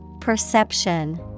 Perception